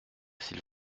s’il